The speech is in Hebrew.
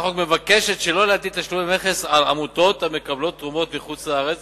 מבקשת שלא להטיל תשלומי מכס על עמותות המקבלות תרומות מחוץ-לארץ